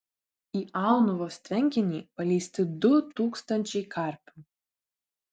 į aunuvos tvenkinį paleisti du tūkstančiai karpių